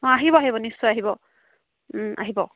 অঁ আহিব আহিব নিশ্চয় আহিব আহিব